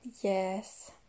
yes